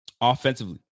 Offensively